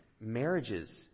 marriages